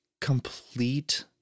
complete